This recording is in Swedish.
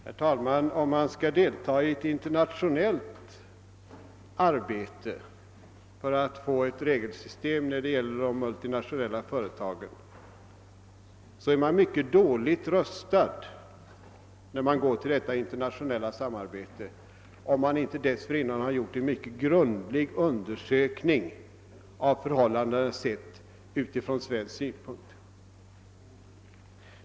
Herr talman! Skall man delta i ett internationellt samarbete för att få till stånd ett regelsystem beträffande de multinationella företagen, är man mycket dåligt rustad om man inte innan man går till detta internationella samarbete har gjort en mycket grundlig undersökning av förhållandena, sedda från svensk synpunkt.